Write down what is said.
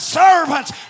servants